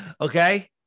Okay